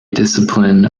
discipline